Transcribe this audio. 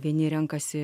vieni renkasi